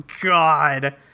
God